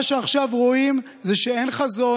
מה שעכשיו רואים זה שאין חזון,